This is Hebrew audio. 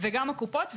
וגם הקופות.